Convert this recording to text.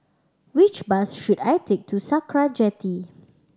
which bus should I take to Sakra Jetty